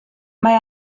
mae